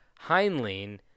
Heinlein